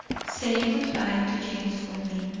say good-bye to james from me.